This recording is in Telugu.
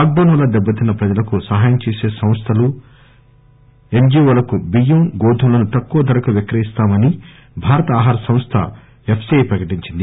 లాక్ డౌస్ వల్ల దెబ్బతిన్న ప్రజలకు సహాయం చేసే సంస్థలు ఎస్ జి ఓలకు బియ్యం గోధుమలను తక్కువ ధరకు విక్రయిస్తామని భారత ఆహార సంస్ల ఎఫ్ సి ఐ ప్రకటించింది